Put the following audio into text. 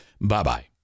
Bye-bye